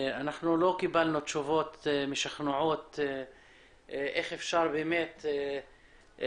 לא קיבלנו תשובות משכנעות איך אפשר לבלום